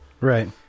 Right